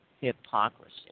hypocrisy